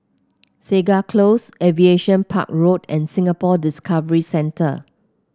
Segar Close Aviation Park Road and Singapore Discovery Centre